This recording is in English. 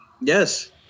Yes